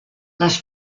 les